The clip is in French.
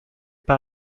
par